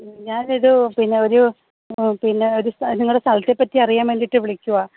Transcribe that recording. ഞാനിത് പിന്നെ ഒരു പിന്നെ ഒരു സ്ഥലം നിങ്ങടെ സ്ഥലത്തെ പറ്റി അറിയാൻ വേണ്ടീട്ട് വിളിക്കുകയാ